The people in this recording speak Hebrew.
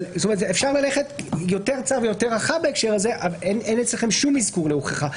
אפשר ללכת יותר צר ויותר רחב בהקשר הזה אבל אין אצלכם כל אזכור להוכחה.